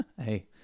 Hey